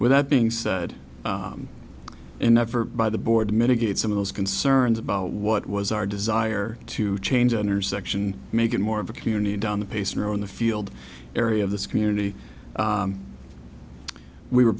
with that being said an effort by the board mitigate some of those concerns about what was our desire to change intersection make it more of a community down the pace or on the field area of this community we were